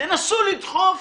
תנסו לדחוף